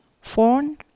phone